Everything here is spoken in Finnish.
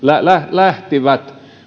lähtivät